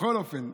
בכל אופן,